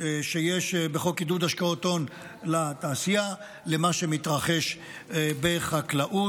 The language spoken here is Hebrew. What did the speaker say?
שיש בחוק עידוד השקעות הון לתעשייה למה שמתרחש בחקלאות.